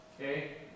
Okay